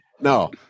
No